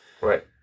Right